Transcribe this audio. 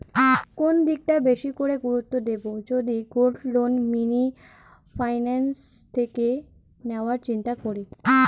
কোন দিকটা বেশি করে গুরুত্ব দেব যদি গোল্ড লোন মিনি ফাইন্যান্স থেকে নেওয়ার চিন্তা করি?